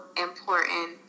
important